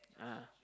ah